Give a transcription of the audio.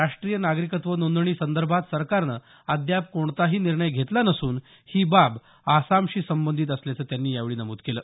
राष्ट्रीय नागरिकत्व नोंदणी संदर्भात सरकारनं अद्याप कोणताही निर्णय घेतला नसून ही बाब आसामशी संबंधित असल्याचं त्यांनी यावेळी नमूद केलं